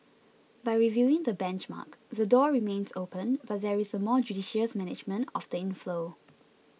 by reviewing the benchmark the door remains open but there is a more judicious management of the inflow